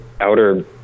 outer